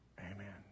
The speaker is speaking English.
Amen